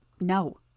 No